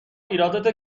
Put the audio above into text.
ایرادات